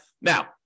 Now